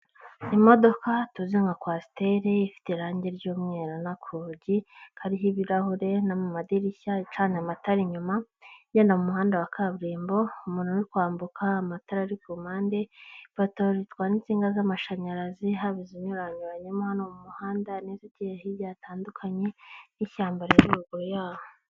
Imodoka tuzi nka kwasiteri ifite irangi ry’umweru, n’akugi kariho ibirahure no mu madirishya. Icanye amatara inyuma, iri mu muhanda wa kaburimbo. Hari umuntu uri kwambuka, amatara ari ku mpande. Ipoto ritwara insinga z’amashanyarazi, haba izinyuranamo hano mu muhanda n’izindi zerekeza hirya, hatandukanye n’ishyamba haruguru yaho.